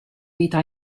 vita